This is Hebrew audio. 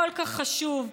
כל כך חשוב.